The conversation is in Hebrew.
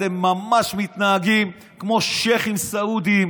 אתם ממש מתנהגים כמו שייח'ים סעודיים,